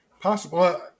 possible